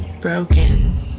broken